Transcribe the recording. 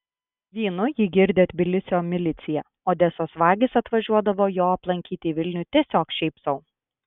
vynu jį girdė tbilisio milicija odesos vagys atvažiuodavo jo aplankyti į vilnių tiesiog šiaip sau